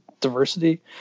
diversity